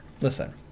Listen